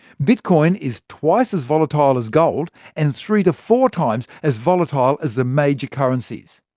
bitcoin is twice as volatile as gold, and three-to-four times as volatile as the major currencies.